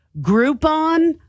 Groupon